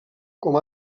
com